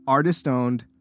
Artist-owned